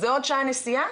זה עוד שעה נסיעה,